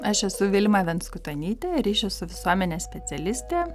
aš esu vilma venskutonytė ryšių su visuomene specialistė